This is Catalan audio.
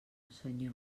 senyor